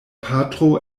patro